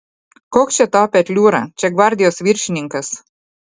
koks čia tau petliūra čia gvardijos viršininkas